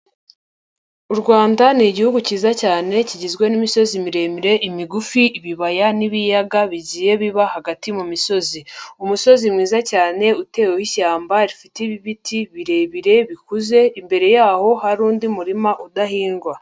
U Rwanda ni igihugu cyiza cyane kigizwe n'imisozi miremire, imigufi, ibibaya, n'ibiyaga bigiye biba hagati mu misozi. Umusozi mwiza cyane utewe w'ishyamba rifite ibiti birebire bikuze imbere yaho hari undi murima udahingwa.